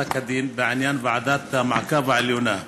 לפסק הדין בעניין ועדת המעקב העליונה,